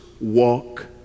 walk